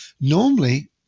Normally